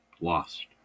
Lost